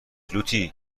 لوتی